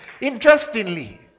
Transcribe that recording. Interestingly